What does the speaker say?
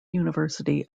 university